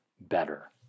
better